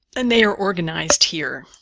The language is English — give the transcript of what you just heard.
and they are organized here